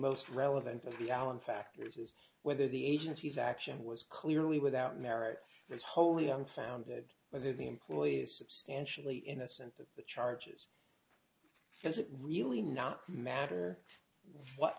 most relevant of the allen factors is whether the agency is action was clearly without merit is wholly unfounded but if the employee substantially innocent of the charges because it really not matter what